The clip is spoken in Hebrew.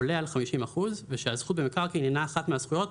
עולה על 50% ושהזכות במקרקעין אינה אחת מהזכויות